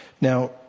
Now